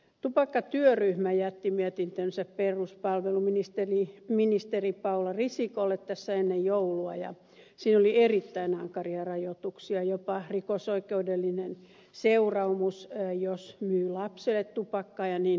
tupakkatyöryhmä jätti mietintönsä peruspalveluministeri paula risikolle ennen joulua ja siinä oli erittäin ankaria rajoituksia jopa rikosoikeudellinen seuraamus jos myy lapselle tupakkaa ja niin edelleen